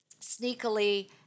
sneakily